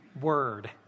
word